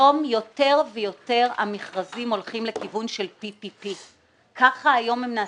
היום המכרזים הולכים יותר ויותר לכיוון של PPP. כך היום הם נעשים,